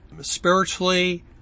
spiritually